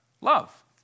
love